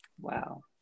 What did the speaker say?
Wow